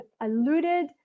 alluded